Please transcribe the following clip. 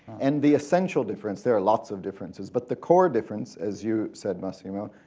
and the essential difference, there are lots of differences, but the core difference, as you said, massimo,